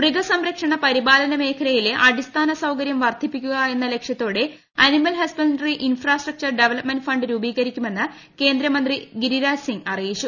മൃഗസംരക്ഷണ പരിപാലന മേഖലയിലെ അടിസ്ഥാന സൌകര്യം വർദ്ധിപ്പിക്കുക എന്ന ലക്ഷ്യത്തോടെ animal husbandry infrastructure development fund രൂപീകരിക്കുമെന്ന് ഗിരിരാജ് സിംഗ് അറിയിച്ചു